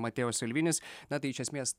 mateo salvinis na tai iš esmės